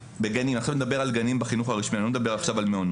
עכשיו אני מדבר על גנים בחינוך הרשמי ולא על מעונות.